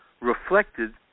reflected